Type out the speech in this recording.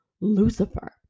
Lucifer